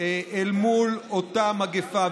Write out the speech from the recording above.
אל מול אותה מגפה.